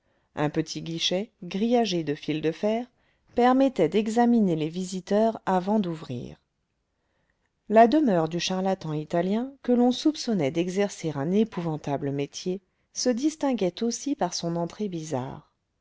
un petit guichet grillagé de fil de fer permettait d'examiner les visiteurs avant d'ouvrir la demeure du charlatan italien que l'on soupçonnait d'exercer un épouvantable métier se distinguait aussi par son entrée bizarre